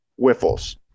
Wiffles